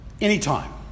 Anytime